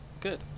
good